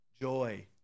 joy